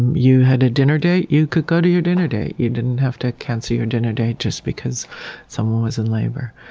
you had a dinner date, you could go to your dinner date. you didn't have to cancel your dinner date just because someone was in labor.